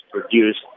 produced